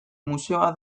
museoa